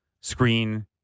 screen